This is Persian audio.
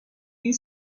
این